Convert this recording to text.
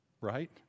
right